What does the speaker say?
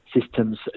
systems